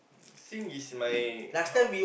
sing is my h~